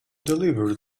deliver